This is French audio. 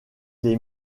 les